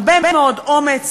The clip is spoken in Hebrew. הרבה מאוד אומץ,